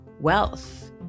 wealth